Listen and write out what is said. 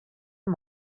amb